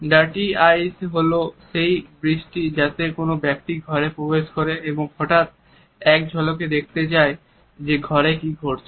dirty ice হল সেই বৃষ্টি যাতে কোন ব্যক্তির ঘরে প্রবেশ করে এবং হঠাৎ এক ঝলকে দেখতে চাই ঘরে কি ঘটছে